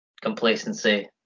complacency